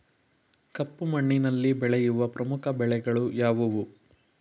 ಕಪ್ಪು ಮಣ್ಣಿನಲ್ಲಿ ಬೆಳೆಯುವ ಪ್ರಮುಖ ಬೆಳೆಗಳು ಯಾವುವು?